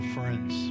friends